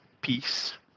peace